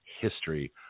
history